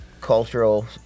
cultural